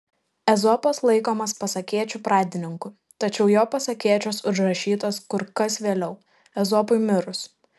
ezopas laikomas pasakėčių pradininku tačiau jo pasakėčios užrašytos kur kas vėliau ezopui mirus